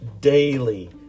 daily